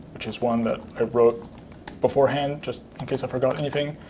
which is one that i wrote beforehand just in case i forgot anything.